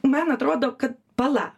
man atrodo kad pala